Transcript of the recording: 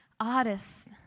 artists